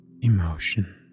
emotion